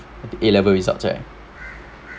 A level results right ya ah